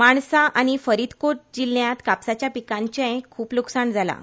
माणसा आनी फरीदकोट जिल्ह्यांत कापसाच्या पिकांचेय खूप लूकसाण जालां